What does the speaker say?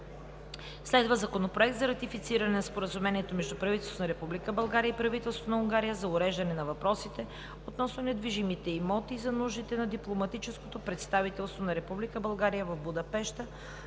Законопроект за ратифициране на Споразумението между правителството на Република България и правителството на Унгария за уреждане на въпросите относно недвижимите имоти за нуждите на дипломатическото представителство на Република